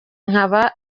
nkaba